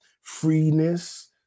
freeness